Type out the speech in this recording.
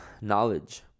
knowledge